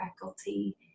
faculty